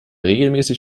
regelmäßig